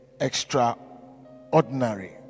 extraordinary